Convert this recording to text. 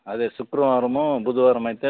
అదే శుక్రవారము బుధవారం అయితే